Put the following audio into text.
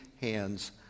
hands